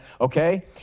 okay